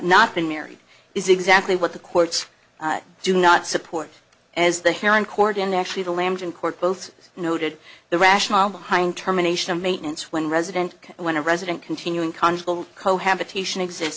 not been married is exactly what the courts do not support as the hair on court and actually the lambton court both noted the rationale behind terminations maintenance when resident when a resident continuing conjugal cohabitation exi